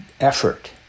effort